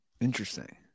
Interesting